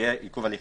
יהיה עיכוב הליכים.